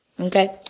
Okay